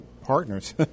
partners